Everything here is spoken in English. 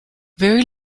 very